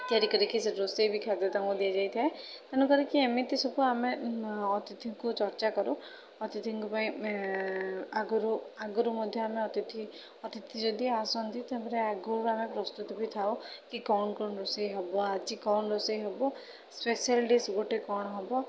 ତିଆରି କରିକି ସେ ରୋଷେଇ ବି ଖାଦ୍ୟ ତାଙ୍କୁ ଦିଆଯାଇଥାଏ ତେଣୁ କରିକି ଏମିତି ସବୁ ଆମେ ଅତିଥିଙ୍କୁ ଚର୍ଚ୍ଚା କରୁ ଅତିଥିଙ୍କ ପାଇଁ ଆଗରୁ ଆଗରୁ ମଧ୍ୟ ଆମେ ଅତିଥି ଅତିଥି ଯଦି ଆସନ୍ତି ତା'ପରେ ଆଗକୁ ଆମେ ପ୍ରସ୍ତୁତ ବି ଥାଉ କି କ'ଣ କ'ଣ ରୋଷେଇ ହବ ଆଜି କ'ଣ ରୋଷେଇ ହବ ସ୍ପେସିଆଲ୍ ଡ଼ିସ୍ ଗୋଟେ କ'ଣ ହବ